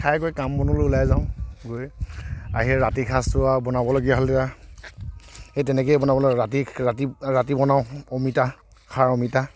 খাই কৰি কাম বনলৈ ওলাই যাওঁ গৈ আহি ৰাতি সাঁজটো আৰু বনাবলগীয়া হ'লে তেতিয়া সেই তেনেকেই বনাব লাগিব ৰাতি ৰাতি ৰাতি বনাও অমিতা খাৰ অমিতা